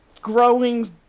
growing